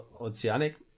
oceanic